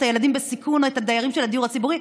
את הילדים בסיכון או את הדיירים של הדיור הציבורי?